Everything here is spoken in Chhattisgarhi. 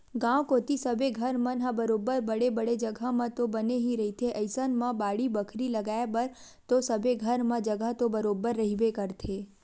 गाँव कोती सबे घर मन ह बरोबर बड़े बड़े जघा म तो बने ही रहिथे अइसन म बाड़ी बखरी लगाय बर तो सबे घर म जघा तो बरोबर रहिबे करथे